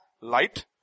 light